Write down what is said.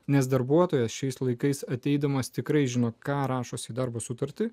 nes darbuotojas šiais laikais ateidamas tikrai žino ką rašosi darbo sutartį